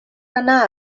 anar